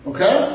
Okay